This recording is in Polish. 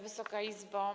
Wysoka Izbo!